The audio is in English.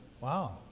Wow